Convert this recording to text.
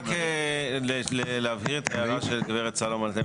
רק להבהיר את ההערה של גב' סלומון.